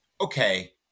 okay